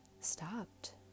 stopped